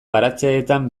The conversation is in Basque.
baratzeetan